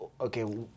okay